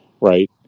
right